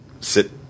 sit